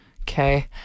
okay